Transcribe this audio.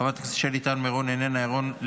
חבר הכנסת רון כץ,